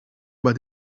but